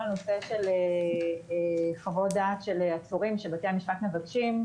הנושא של חוות דעת של עצורים שבתי המשפט מבקשים.